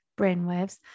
brainwaves